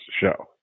show